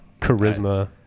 charisma